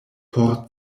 por